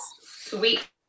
Sweet